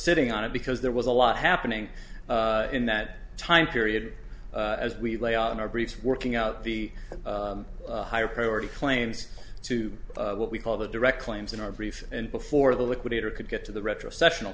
sitting on it because there was a lot happening in that time period as we lay out in our briefs working out the higher priority claims to what we call the direct claims in our brief and before the liquidator could get to the retrocession of